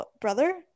brother